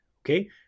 Okay